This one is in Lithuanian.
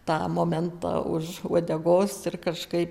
tą momentą už uodegos ir kažkaip